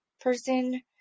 person